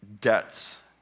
debts